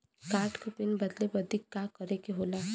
Card क PIN बदले बदी का करे के होला?